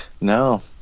No